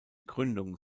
gründung